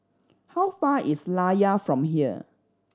how far is Layar from here